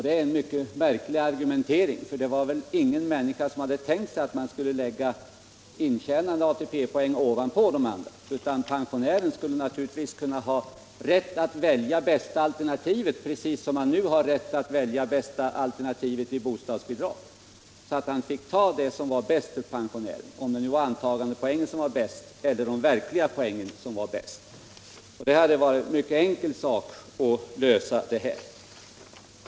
Det är en mycket märklig argumentering, för det var väl ingen människa som hade tänkt sig att man skulle lägga intjänade ATP-poäng ovanpå de andra poängen, utan pensionären skulle naturligtvis ha rätt att välja bästa alternativet — precis som man nu har rätt att välja bästa alternativet i Nn fråga om bostadsbidrag — dvs. han fick räkna antagandepoäng om det blev bäst för honom eller de verkliga poängen om det blev bäst. Det hade varit mycket enkelt att lösa den frågan.